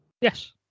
Yes